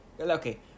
Okay